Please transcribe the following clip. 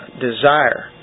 desire